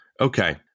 Okay